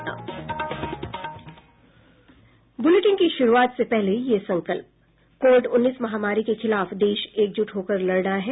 bulletin की शुरूआत से पहले ये संकल्प कोविड उन्नीस महामारी के खिलाफ देश एकज़्ट होकर लड़ रहा है